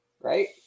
right